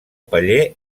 paller